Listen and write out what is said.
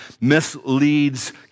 misleads